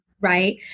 right